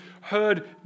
heard